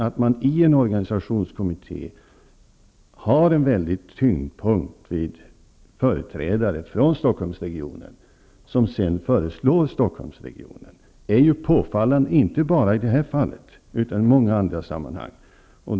Att i en organisationskommitté den verkliga tyngdpunkten utgörs av företrädare för Stockholmsregionen, som sedan föreslår Stockholmsregionen, är påfallande inte bara i detta fall utan även i många andra sammanhang.